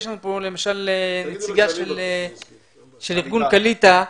נמצאת כאן נציגת ארגון קעליטה,